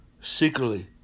Secretly